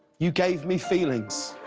you gave me feelings.